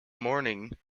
morning